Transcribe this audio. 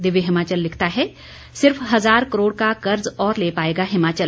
दिव्य हिमाचल लिखता है सिर्फ हजार करोड़ का कर्ज और ले पाएगा हिमाचल